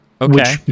Okay